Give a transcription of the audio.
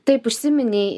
taip užsiminei